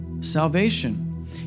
salvation